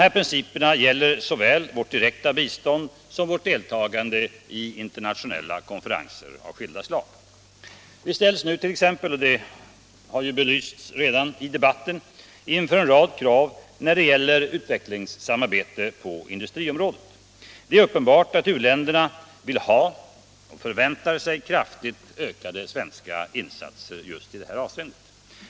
Dessa principer gäller såväl vårt direkta bistånd som vårt deltagande i internationella konferenser av skilda slag. Vi ställs nu inför en rad krav när det gäller utvecklingssamarbetet på industriområdet. Det är uppenbart att u-länderna vill ha och förväntar sig kraftigt ökade svenska insatser just i det här avseendet.